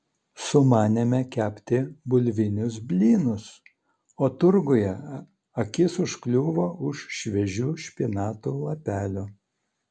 sumanėme kepti bulvinius blynus o turguje akis užkliuvo už šviežių špinatų lapelių